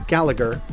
Gallagher